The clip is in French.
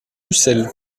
ucel